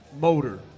motor